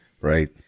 right